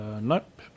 Nope